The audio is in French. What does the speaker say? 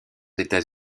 états